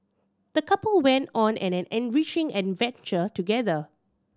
the couple went on an enriching adventure together